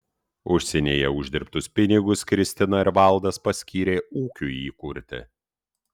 užsienyje uždirbtus pinigus kristina ir valdas paskyrė ūkiui įkurti